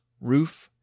roof